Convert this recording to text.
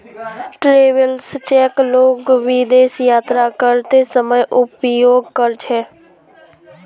travellers cheque लोग विदेश यात्रा करते समय उपयोग कर छे